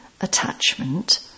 attachment